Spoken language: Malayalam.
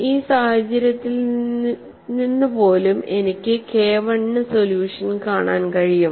ഈ സാഹചര്യത്തിൽ നിന്ന് പോലും എനിക്ക് K I ന് സൊല്യൂഷൻ കാണാൻ കഴിയും